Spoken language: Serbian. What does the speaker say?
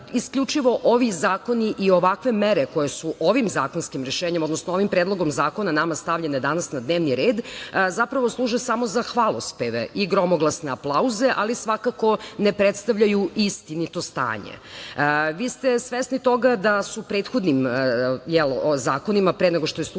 isključivo ovi zakoni i ovakve mere koje su ovim zakonskim rešenjem, odnosno ovim Predlogom zakona nama stavljene danas na dnevni red zaprao služe samo za hvalospeve i gromoglasne aplauze, ali svakako ne predstavljaju istinito stanje. Vi ste svesni toga da su prethodnim zakonima, pre nego što ste ovaj